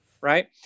Right